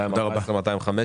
214,215